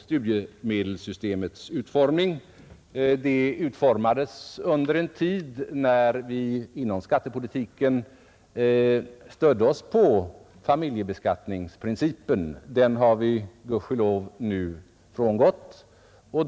Studiemedelssystemet utformades under en tid när vi tillämpade familjebeskattningsprincipen, men den har vi gudskelov nu frångått.